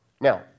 Now